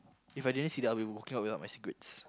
If I didn't see that I would be walking out without my cigarettes